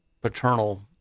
paternal